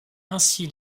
ainsi